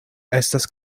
estas